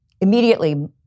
immediately